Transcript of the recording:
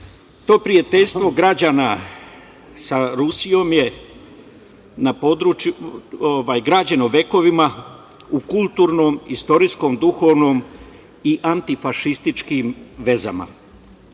prijateljstvo građana sa Rusijom građeno vekovima u kulturnom, istorijskom, duhovnom i antifašističkim vezama.